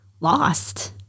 lost